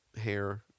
hair